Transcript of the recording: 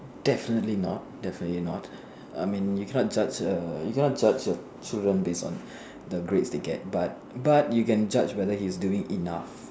definitely not definitely not I mean you cannot judge a you cannot judge a children based on the grades they get but but you can judge whether he is doing enough